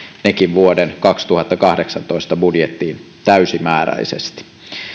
nekin vuoden kaksituhattakahdeksantoista budjettiin täysimääräisesti